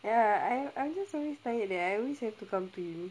ya I I'm just always tired that I always have to come to you